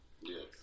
Yes